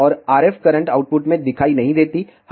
और RF current output में दिखाई नहीं देती हैं